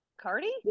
Cardi